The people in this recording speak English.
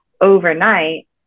overnight